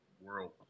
world